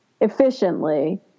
efficiently